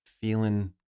Feeling